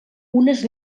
unes